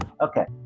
Okay